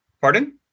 pardon